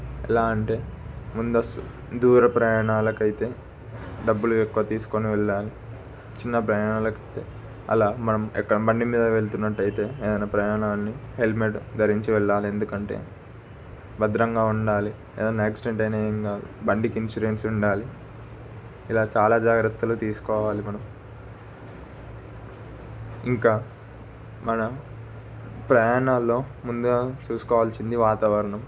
ఎలా అంటే ముందస్తు దూర ప్రయాణాలకు అయితే డబ్బులు ఎక్కువ తీసుకొని వెళ్ళాలి చిన్న ప్రయాణాలకు అయితే అలా మనం ఎక్కడ బండి మీద వెళ్తున్నట్టయితే ఏదన్న ప్రయాణాన్ని హెల్మెట్ ధరించి వెళ్ళాలి ఎందుకంటే భద్రంగా ఉండాలి ఏదన్న యాక్సిడెంట్ అయినా ఏం కాదు బండికి ఇన్సూరెన్స్ ఉండాలి ఇలా చాలా జాగ్రత్తలు తీసుకోవాలి మనం ఇంకా మనం ప్రయాణాల్లో ముందుగా చూసుకోవాల్సింది వాతావరణం